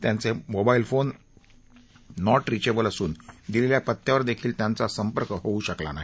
त्यांचे mobile phone not reachable असून दिलेल्या पत्यावर देखील त्यांचा संपर्क होऊ शकला नाही